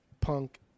Punk